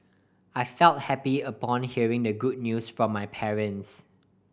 I felt happy upon hearing the good news from my parents